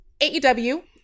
AEW